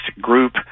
group